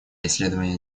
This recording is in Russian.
исследования